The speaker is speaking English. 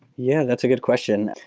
yeah, that's a good question.